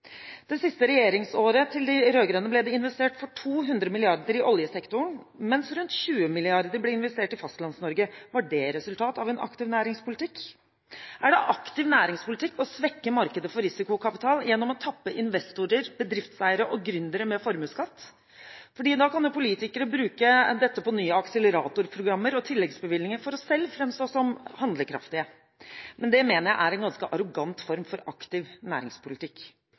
det siste regjeringsåret til de rød-grønne ble det investert for 200 mrd. kr i oljesektoren, mens det ble investert for rundt 20 mrd. kr i Fastlands-Norge. Var det et resultat av en aktiv næringspolitikk? Er det aktiv næringspolitikk å svekke markedet for risikokapital gjennom å tappe investorer, bedriftseiere og gründere med formuesskatt? Da kan jo politikere bruke dette på nye akseleratorprogrammer og tilleggsbevilgninger for selv å framstå som handlekraftige. Men det mener jeg er en ganske arrogant form for aktiv næringspolitikk.